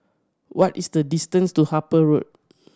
what is the distance to Harper Road